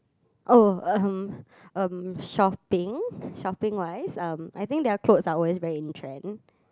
oh um shopping shopping wise um I think their clothes are always very in trend